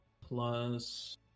Plus